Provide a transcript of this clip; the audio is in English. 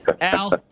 Al